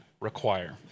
require